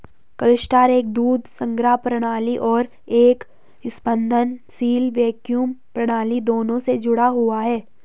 cluster एक दूध संग्रह प्रणाली और एक स्पंदनशील वैक्यूम प्रणाली दोनों से जुड़ा हुआ है